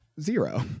zero